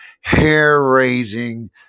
hair-raising